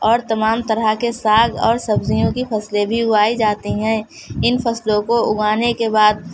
اور تمام طرح کے ساگ اور سبزیوں کی فصلیں بھی اگائی جاتی ہیں ان فصلوں کو اگانے کے بعد